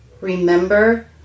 Remember